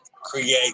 create